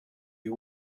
you